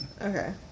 Okay